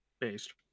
based